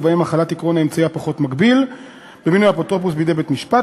ובהם החלת עקרון האמצעי הפחות מגביל במינוי אפוטרופוס בידי בית-משפט,